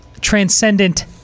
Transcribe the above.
transcendent